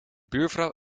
buurvrouw